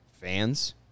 fans